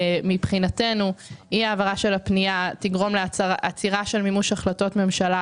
מבחינתנו אי העברה של הפנייה תגרום לעצירה של מימוש החלטות ממשלה,